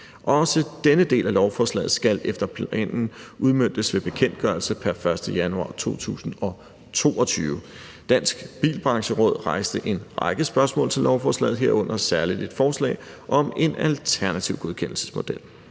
også denne del af lovforslaget skal efter planen udmøntes ved bekendtgørelse pr. 1. januar 2022. Dansk Bilbrancheråd rejste en række spørgsmål til lovforslaget, herunder særligt et forslag om en alternativ godkendelsesmodel.